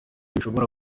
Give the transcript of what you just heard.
bishobora